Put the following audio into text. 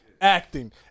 Acting